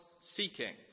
seeking